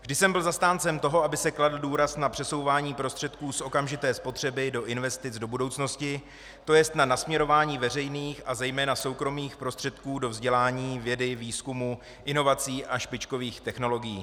Vždy jsem byl zastáncem toho, aby se kladl důraz na přesouvání prostředků z okamžité spotřeby do investic do budoucnosti, to jest na nasměrování veřejných a zejména soukromých prostředků do vzdělání, vědy, výzkumu, inovací a špičkových technologií.